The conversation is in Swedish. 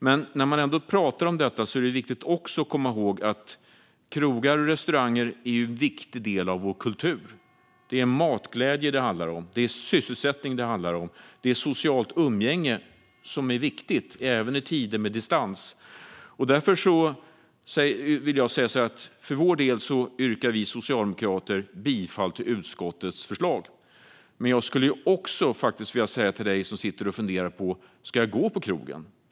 Men när man ändå talar om detta är det också viktigt att komma ihåg att krogar och restauranger är en viktig del av vår kultur. Det är matglädje det handlar om. Det är sysselsättning och socialt umgänge som är viktigt även i tider med distans. För vår del yrkar vi socialdemokrater bifall till utskottets förslag. Jag vill säga följande till dig som sitter och funderar på: Ska jag gå på krogen?